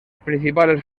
principales